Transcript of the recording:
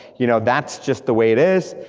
you know that's just the way it is,